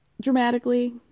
Dramatically